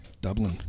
Dublin